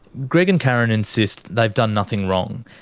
greg and karen insist they've done nothing wrong.